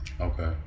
okay